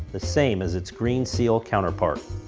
the same as its green seal counterpart.